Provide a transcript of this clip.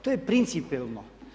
To je principijelno.